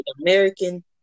American